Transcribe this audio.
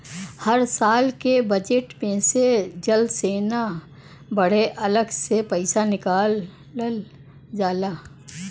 हर साल के बजेट मे से जल सेना बदे अलग से पइसा निकालल जाला